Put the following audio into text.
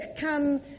come